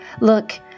Look